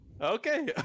okay